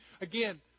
Again